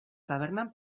tabernan